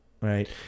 right